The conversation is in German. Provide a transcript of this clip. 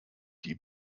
die